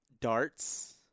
darts